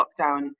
lockdown